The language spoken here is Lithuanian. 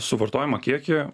suvartojamą kiekį